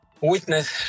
witness